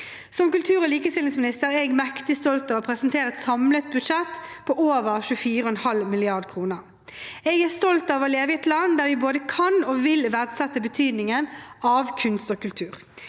Som kultur- og likestillingsminister er jeg mektig stolt over å presentere et samlet budsjett på over 24,5 mrd. kr. Jeg er stolt av å leve i et land der vi både kan og vil verdsette betydningen av kunst og kultur,